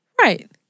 Right